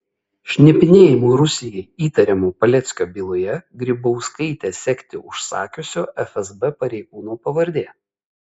šnipinėjimu rusijai įtariamo paleckio byloje grybauskaitę sekti užsakiusio fsb pareigūno pavardė